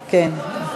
כן.